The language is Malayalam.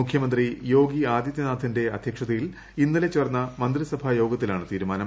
മുഖ്യമന്ത്രി യോഗി ആദിത്യനാഥിന്റെ അധ്യക്ഷതയിൽ ഇന്നലെ ചേർന്ന മന്ത്രിസഭാ യോഗത്തിലാണ് തീരുമാനം